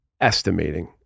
estimating